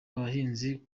abahinzi